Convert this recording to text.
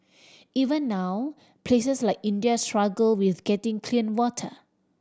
even now places like India struggle with getting clean water